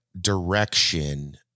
direction